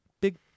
big